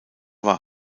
war